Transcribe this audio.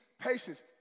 patience